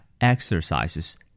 exercises